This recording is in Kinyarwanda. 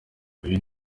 uyu